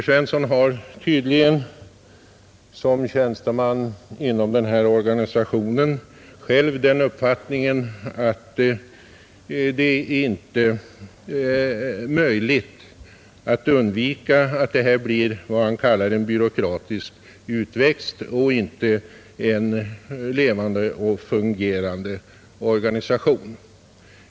Som tjänsteman inom denna organisation har herr Svensson tydligen själv den uppfattningen att det inte är möjligt att undvika att den blir vad han kallar en byråkratisk utväxt och inte en levande och fungerande organisation.